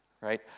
right